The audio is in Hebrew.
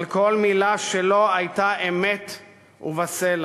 אבל כל מילה שלו הייתה אמת ובסלע.